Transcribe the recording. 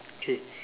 K